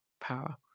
power